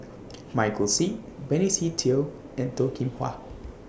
Michael Seet Benny Se Teo and Toh Kim Hwa